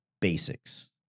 basics